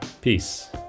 Peace